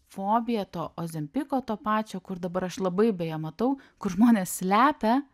fobija to ozempiko to pačio kur dabar aš labai beje matau kur žmonės slepia